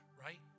right